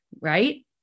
right